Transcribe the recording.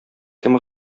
кем